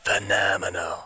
Phenomenal